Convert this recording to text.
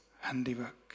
handiwork